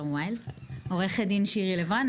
אני עורכת דין שירי לב רן,